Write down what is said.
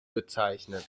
bezeichnet